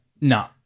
No